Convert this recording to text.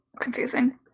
confusing